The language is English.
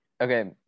okay